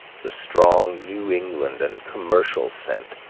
the strong new england and commercial scent,